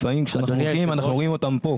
לפעמים כשאנחנו הולכים אנחנו רואים אותם פה.